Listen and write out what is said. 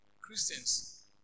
Christians